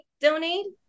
donate